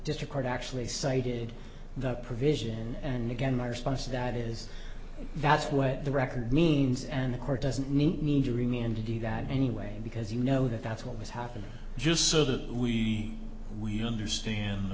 district court actually cited the provision and again my response to that is that's what the record means and the court doesn't need to remain and to do that anyway because you know that that's what was happening just so that we understand